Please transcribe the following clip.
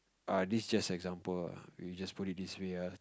uh this just example ah we just put it this way ah